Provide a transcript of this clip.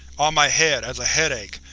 on my head, as a headache.